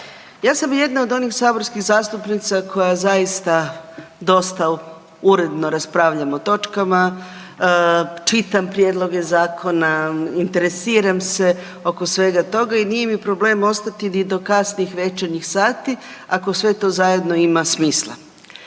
ja sam jedna od onih saborskih zastupnica koja zaista dosta uredno raspravljam o točkama, čitam prijedloge zakona, interesiram se oko svega toga i nije mi problem ostati ni do kasnih večernjih sati ako sve to zajedno ima smisla.